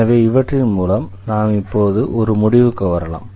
எனவே இவற்றின் மூலம் நாம் இப்போது ஒரு முடிவுக்கு வரலாம்